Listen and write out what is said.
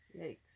Yikes